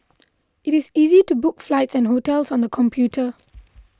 it is easy to book flights and hotels on the computer